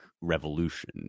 revolution